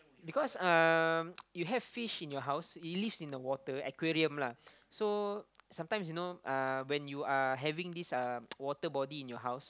because um you have fish in your house it lives in the water aquarium lah so sometimes you know uh when you are having this uh water body in your house